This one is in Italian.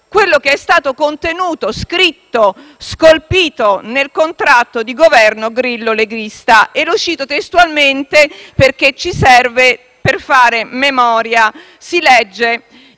quello che è stato scritto e scolpito nel contratto di Governo Grillo-leghista e che cito testualmente, perché ci serve per fare memoria. Si legge: